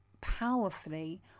powerfully